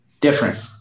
different